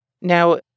Now